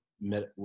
met